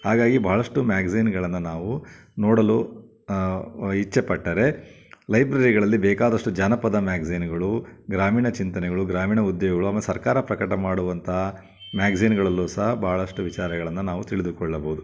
ಹಾಗಾಗಿ ಭಾಳಷ್ಟು ಮ್ಯಾಗ್ಜಿನ್ಗಳನ್ನು ನಾವು ನೋಡಲು ಇಚ್ಛೆ ಪಟ್ಟರೆ ಲೈಬ್ರರಿಗಳಲ್ಲಿ ಬೇಕಾದಷ್ಟು ಜಾನಪದ ಮ್ಯಾಗ್ಜಿನ್ಗಳು ಗ್ರಾಮೀಣ ಚಿಂತನೆಗಳು ಗ್ರಾಮೀಣ ಉದ್ಯೋಗಗಳು ಆಮೇಲೆ ಸರ್ಕಾರ ಪ್ರಕಟ ಮಾಡುವಂತಹ ಮ್ಯಾಗ್ಜಿನ್ಗಳಲ್ಲೂ ಸಹ ಭಾಳಷ್ಟು ವಿಚಾರಗಳನ್ನು ನಾವು ತಿಳಿದುಕೊಳ್ಳಬೌದು